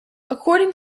according